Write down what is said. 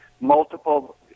multiple